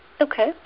Okay